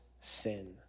sin